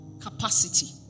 capacity